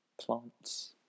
plants